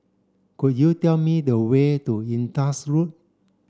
could you tell me the way to Indus Road